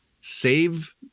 save